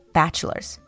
bachelors